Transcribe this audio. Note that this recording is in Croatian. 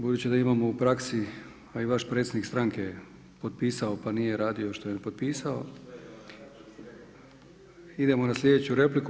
Budući da imamo u praksi, a i vaš predsjednik stranke je potpisao pa nije radio što je potpisao, idemo na sljedeću repliku.